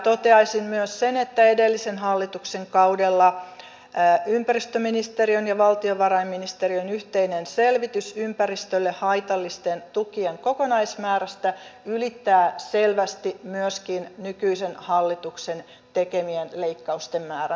toteaisin myös sen että edellisen hallituksen kaudella ympäristöministeriön ja valtiovarainministeriön yhteinen selvitys ympäristölle haitallisten tukien kokonaismäärästä ylittää selvästi myöskin nykyisen hallituksen tekemien leikkausten määrän